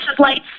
Lights